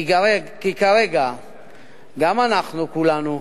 כי כרגע גם אנחנו כולנו,